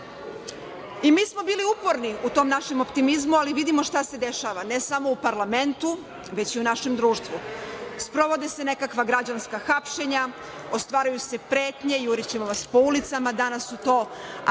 Mi smo bili uporni u tom našem optimizmu, ali vidimo šta se dešava, ne samo u parlamentu, već i u našem društvu. Sprovode se nekakva građanska hapšenja, ostvaruju se pretnje, jurićemo vas po ulicama, danas su aktivistkinje